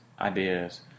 ideas